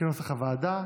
כנוסח הוועדה.